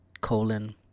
colon